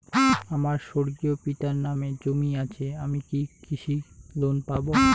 আমার স্বর্গীয় পিতার নামে জমি আছে আমি কি কৃষি লোন পাব?